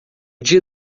dia